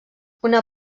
una